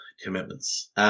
commitments